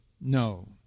No